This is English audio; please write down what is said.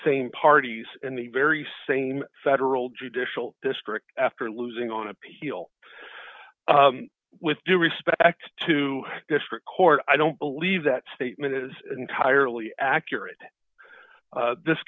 same parties in the very same federal judicial district after losing on appeal with due respect to district court i don't believe that statement is entirely accurate this